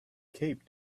cape